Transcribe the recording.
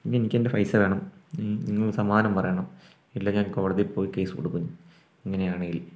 എനിക്ക് എൻ്റെ പൈസ വേണം നിങ്ങൾ സമാധാനം പറയണം ഇല്ലെങ്കിൽ ഞാൻ കോടതിയിൽ പോയി കേസ് കൊടുക്കും ഇങ്ങനെ ആണെങ്കിൽ